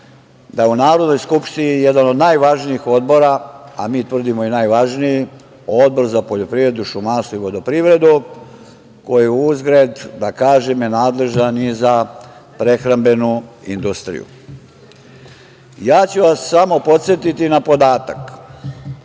da je u Narodnoj skupštini jedan od najvažnijih odbora, a mi tvrdimo i najvažniji, Odbor za poljoprivredu, šumarstvo i vodoprivredu koji je uzgred, da kažem, nadležnim i za prehrambenu industriju. Samo ću vas podsetiti na podatak